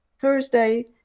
Thursday